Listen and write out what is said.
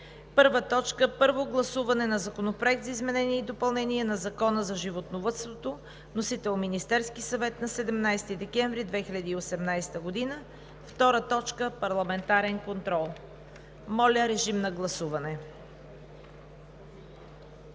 2019 г.: 1. Първо гласуване на Законопроекта за изменение и допълнение на Закона за животновъдството. Внесен е от Министерския съвет на 17 декември 2018 г. 2. Парламентарен контрол. Моля, режим на гласуване.